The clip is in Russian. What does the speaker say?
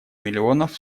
миллионов